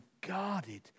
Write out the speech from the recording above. guarded